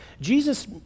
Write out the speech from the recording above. Jesus